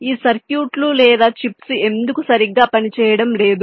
ఈ సర్క్యూట్లు లేదా చిప్స్ ఎందుకు సరిగ్గా పనిచేయడం లేదు